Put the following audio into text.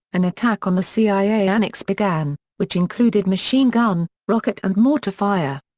an attack on the cia annex began, which included machine gun, rocket and mortar fire.